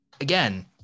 again